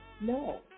No